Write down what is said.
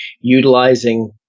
utilizing